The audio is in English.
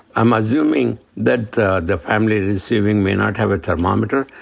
i'm assuming, that the the family receiving might not have a thermometer,